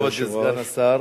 תודה לכבוד סגן השר.